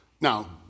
Now